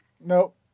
Nope